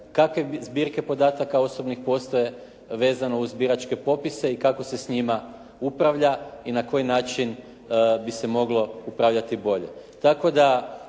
kakve zbirke podataka osobnih postoje vezano uz biračke popise i kako se s njima upravlja i na koji način bi se moglo upravljati bolje?